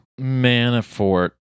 Manafort